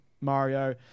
Mario